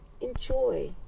enjoy